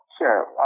Sure